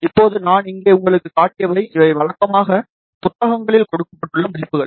இப்போது நான் இங்கே உங்களுக்குக் காட்டியவை இவை வழக்கமாக புத்தகங்களில் கொடுக்கப்பட்டுள்ள மதிப்புகள்